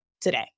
today